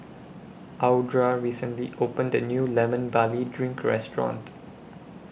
Audra recently opened A New Lemon Barley Drink Restaurant